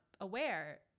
aware